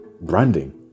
branding